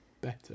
better